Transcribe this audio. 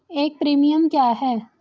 एक प्रीमियम क्या है?